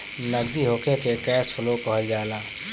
नगदी होखे के कैश फ्लो कहल जाला